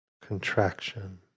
contraction